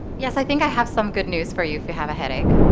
yes i think i have some good news for you if you have a headache,